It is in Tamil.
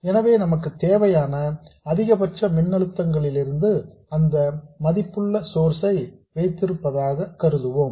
எனவே நமக்கு தேவையான அதிகபட்ச மின்னழுத்தங்களிலிருந்து அந்த மதிப்புள்ள சோர்ஸ் ஐ வைத்திருப்பதாக கருதுவோம்